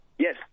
Yes